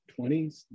20s